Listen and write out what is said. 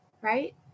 right